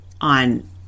on